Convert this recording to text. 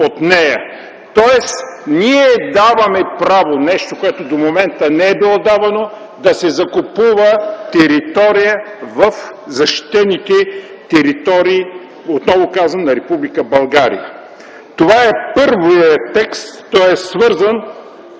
Тоест ние даваме право за нещо, което до момента не е било разрешено, да се закупува територия в защитените територии, отново казвам, на Република България. Това е първият текст. Той е свързан